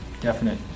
definite